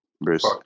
Bruce